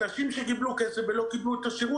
אנשים שקיבלו כסף ולא קיבלו שירות.